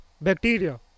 bacteria